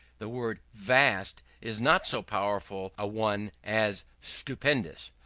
the word vast is not so powerful a one as stupendous.